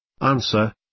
Answer